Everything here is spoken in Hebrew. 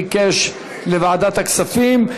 ביקש לוועדת הכספים.